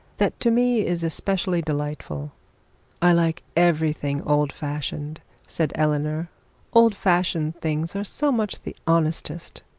that to me is especially delightful i like everything old-fashioned said eleanor old-fashioned things are so much the honestest